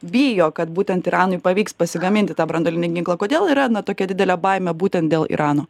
bijo kad būtent iranui pavyks pasigaminti tą branduolinį ginklą kodėl yra na tokia didelė baimė būtent dėl irano